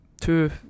Two